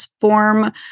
form